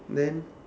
then